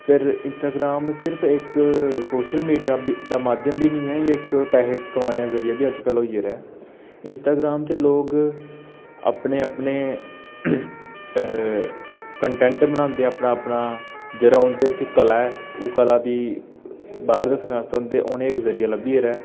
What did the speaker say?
ते फिर इंस्टाग्राम सिर्फ इक सोशल मीडिया दा माध्यम बी नेईं ऐ एह् इक पैसे कमाने दा जरिया बी अजकल होई गेदा ऐ इंस्टाग्राम च लोग अपने अपने कंटेंट बनांदे अपना अपना जेह्ड़ा उंदे च कला ऐ ओह्ला दी बाह्ऱ दस्सने दा उनें ई जरिया लब्भी गेदा ऐ